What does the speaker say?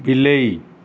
ବିଲେଇ